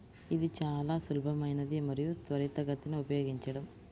ఇది చాలా సులభమైనది మరియు త్వరితగతిన ఉపయోగించడం